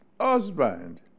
husband